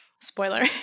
Spoiler